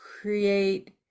create